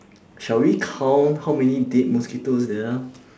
shall we count how many dead mosquitoes there are